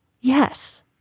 yes